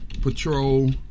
Patrol